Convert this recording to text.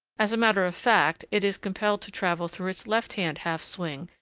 as a matter of fact, it is compelled to travel through its left-hand half-swing,